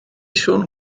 siôn